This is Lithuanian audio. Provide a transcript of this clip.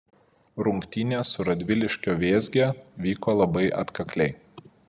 rungtynės su radviliškio vėzge vyko labai atkakliai